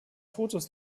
fotos